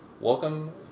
welcome